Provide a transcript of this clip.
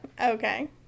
Okay